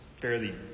fairly